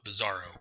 bizarro